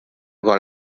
got